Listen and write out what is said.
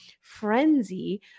frenzy